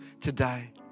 today